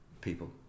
people